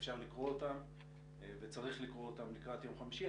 אפשר לקרוא אותם וצריך לקרוא אותם לקראת יום חמישי.